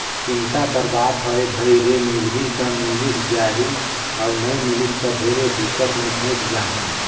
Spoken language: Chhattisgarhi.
चिंता कर बात हवे भई रे मिलही त मिलिस जाही अउ नई मिलिस त ढेरे दिक्कत मे फंयस जाहूँ